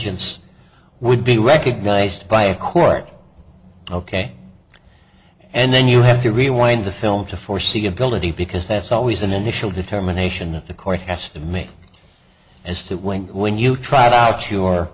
gence would be recognized by a court ok and then you have to rewind the film to foreseeability because that's always an initial determination that the court has to make as to when when you tried out you